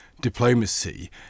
diplomacy